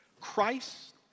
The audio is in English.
Christ